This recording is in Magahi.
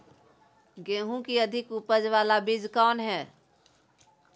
गेंहू की अधिक उपज बाला बीज कौन हैं?